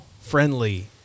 friendly